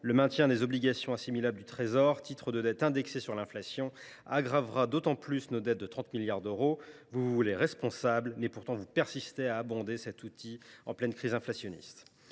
Le maintien des obligations assimilables du Trésor, titres de dettes indexés sur l’inflation, aggravera encore nos dettes de 30 milliards d’euros. Vous vous voulez responsable et, pourtant, vous vous obstinez à abonder cet outil, en pleine crise inflationniste.